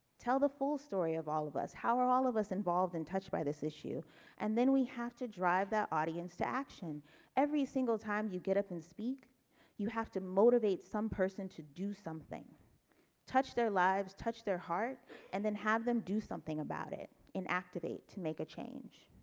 tell the full story of all of us how are all of us involved in touched by this issue and then we have to drive the audience to action every single time you get up and speak you have to motivate some person to do something touch their lives touch their heart and then have them do something about it in activate make a change